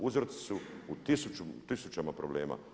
Uzroci su u tisućama problema.